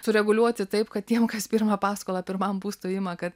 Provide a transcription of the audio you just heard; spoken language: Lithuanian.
sureguliuoti taip kad tiem kas pirmą paskolą pirmam būstui ima kad